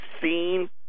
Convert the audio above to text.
seen